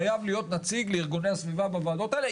חייב להיות נציג לארגוני הסביבה בוועדות האלה,